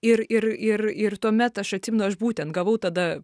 ir ir ir ir tuomet aš atsimenu aš būtent gavau tada